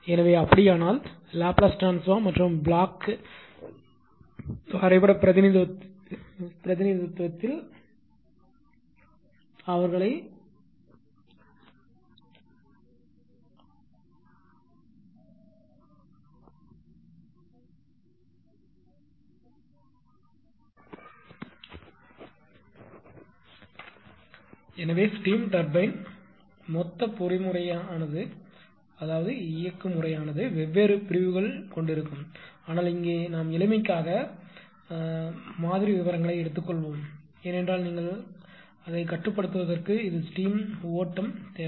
எனவே அப்படியானால் Laplace transform மற்றும் பிளாக் பிளாக் வரைபட பிரதிநிதித்துவத்தில் அவர்களை பிரதிநிதித்துவப்படுத்த நாம் என்ன செய்வோம் என்பதை பார்க்க வேண்டும் எனவே ஸ்டீம் டர்பைன் மொத்தப் பொறிமுறையானது வெவ்வேறு பிரிவுகள் இருக்கும் ஆனால் இங்கே எளிமைக்காக நாம் எளிமையான மாதிரி விவரங்களை எடுத்துக்கொள்வோம் ஏனென்றால் நீங்கள் கட்டுப்படுத்துவதற்கு இது ஸ்டீம் ஓட்டம் தேவை